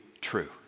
true